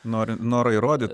nori noro įrodyt